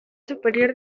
superior